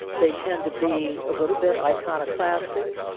they tend to be a little bit iconoclastic,